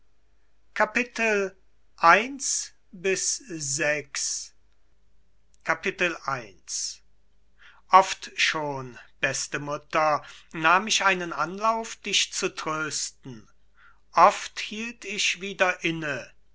i oft schon beste mutter nahm ich einen anlauf dich zu trösten oft hielt ich wieder inne